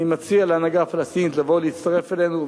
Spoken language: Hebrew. אני מציע להנהגה הפלסטינית לבוא ולהצטרף אלינו,